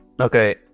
Okay